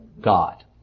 God